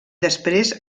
després